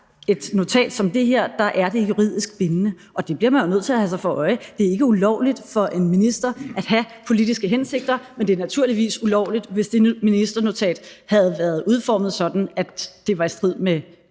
et notat som det her, der er det juridisk bindende. Det bliver man jo nødt til at have for øje. Det er ikke ulovligt for en minister at have politiske hensigter, men det ville naturligvis have været ulovligt, hvis det ministernotat havde været udformet sådan, at det var i strid med